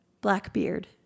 Blackbeard